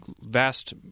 vast